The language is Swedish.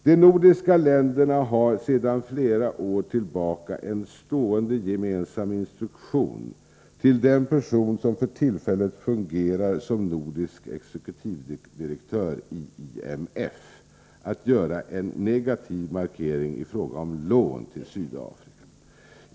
De nordiska länderna har sedan flera år tillbaka en stående gemensam instruktion till den person som för tillfället fungerar som nordisk exekutivdirektör i IMF att göra en negativ markering i fråga om lån till Sydafrika.